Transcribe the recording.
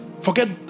Forget